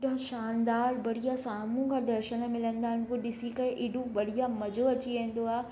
छा शानदारु बढ़िया साम्हूं खां दर्शन मिलंदा आहिनि पोइ ॾिसी करे बढ़िया एॾो मजो अची वेंदो आहे